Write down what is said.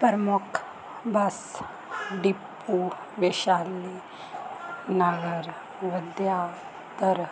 ਪ੍ਰਮੁੱਖ bus depot Vaishali Nagar Vidyadhar